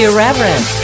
Irreverent